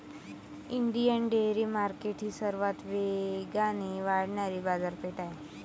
Indian dairy market ही सर्वात वेगाने वाढणारी बाजारपेठ आहे